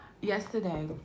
Yesterday